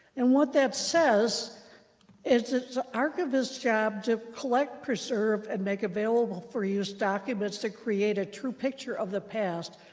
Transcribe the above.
and what that says is it's an archivist's job to collect, preserve, and make available for use documents to create a true picture of the past,